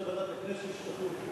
לוועדת הכנסת שתחליט.